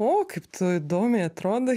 o kaip tu įdomiai atrodai